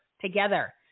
together